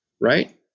right